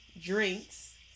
drinks